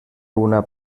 una